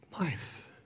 Life